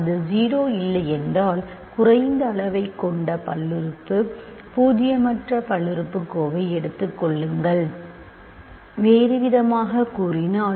அது 0 இல்லையென்றால் குறைந்த அளவைக் கொண்ட பல்லுறுப்பு பூஜ்ஜியமற்ற பல்லுறுப்புக்கோவை எடுத்துக் கொள்ளுங்கள் வேறுவிதமாகக் கூறினால்